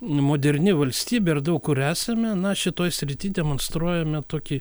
moderni valstybė ir daug kur esame na šitoj srity demonstruojame tokį